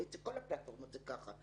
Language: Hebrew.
ואצל כל הפלטפורמות זה כך.